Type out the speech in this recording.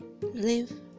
live